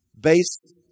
based